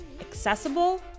accessible